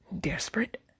desperate